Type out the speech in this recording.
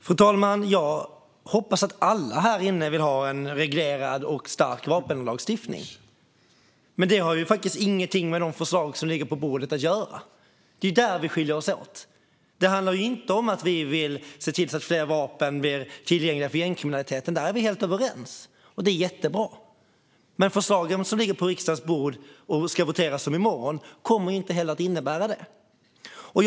Fru talman! Jag hoppas att alla här inne vill ha en reglerad och stark vapenlagstiftning, men det har inget med de förslag som ligger på bordet att göra. Det är där vi skiljer oss åt. Det handlar inte om att vi vill se till att fler vapen blir tillgängliga för gängkriminaliteten. Där är vi helt överens, och det är jättebra. Men de förslag som ligger på riksdagens bord och som ska voteras i morgon kommer inte heller att innebära detta.